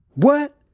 what?